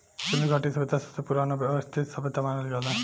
सिन्धु घाटी सभ्यता सबसे पुरान आ वयवस्थित सभ्यता मानल जाला